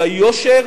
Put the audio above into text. על היושר